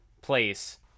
Place